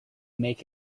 make